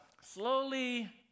slowly